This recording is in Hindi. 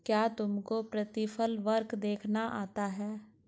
क्या तुमको प्रतिफल वक्र देखना आता है?